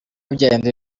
byahindura